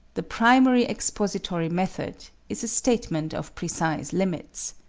the primary expository method, is a statement of precise limits.